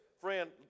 friend